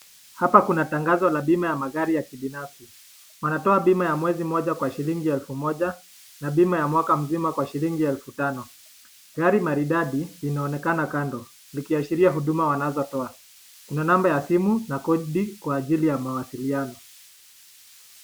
Hapa kuna tangazo ya bima la magari ya kibinafsi. Wanatoa bima ya mwezi moja kwa shillingi 1,000 na bima ya mwaka mzima kwa shilingi elfu 5,000. Gari maridadi inaonekana kando, likiashiria huduma wanazotoa. Kuna namba ya simu na kodi kwa ajili ya mawasiliano.